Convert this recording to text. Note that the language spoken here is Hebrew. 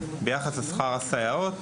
ביחס לשכר הסייעות,